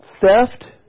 Theft